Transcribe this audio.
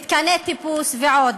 מתקני טיפוס ועוד.